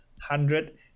hundred